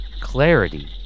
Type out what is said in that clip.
Clarity